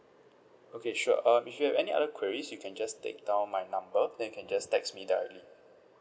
okay sure um if you have any other queries you can just take down my number then you can just text me directly